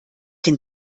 den